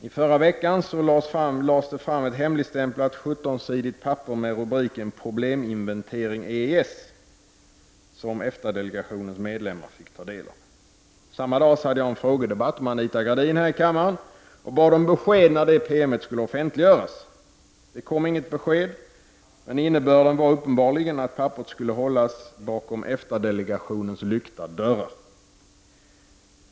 I förra veckan lades det fram ett hemligstämplat 17-sidigt papper med rubriken ”Probleminventering EES”, som EFTA-delegationens medlemmar fick ta del av. Samma dag hade jag en frågedebatt med Anita Gradin här i kammaren och bad om besked om när denna PM skulle offentliggöras. Det kom inget besked, men innebörden var uppenbarligen att papperet skulle hållas bakom EFTA-delegationens lyckta dörrar.